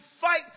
fight